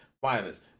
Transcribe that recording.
violence